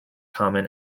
common